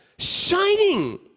shining